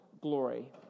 glory